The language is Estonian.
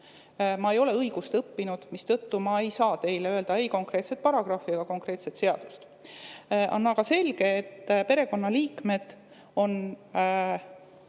Ma ei ole õigust õppinud, mistõttu ma ei saa teile öelda ei konkreetset paragrahvi ega konkreetset seadust. On aga selge, et perekonnaliikmeid on